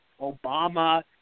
Obama